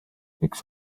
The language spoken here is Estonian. miks